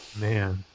Man